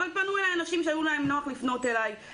אבל פנו אליי אנשים שהיה להם נח לפנות אליי.